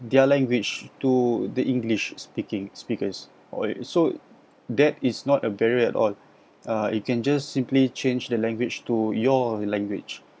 their language to the english speaking speakers or it so there is not a barrier at all uh you can just simply change the language to your language